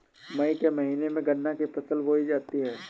मई के महीने में गन्ना की फसल बोई जाती है